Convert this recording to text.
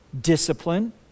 Discipline